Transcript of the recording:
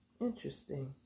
Interesting